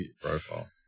profile